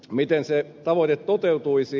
miten se tavoite toteutuisi